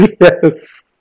Yes